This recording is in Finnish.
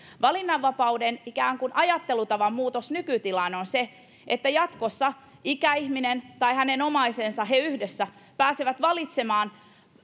valinnanvapauden ajattelutavan muutos suhteessa nykytilaan on se että jatkossa ikäihminen itse tai omaisensa kanssa yhdessä pääsee valitsemaan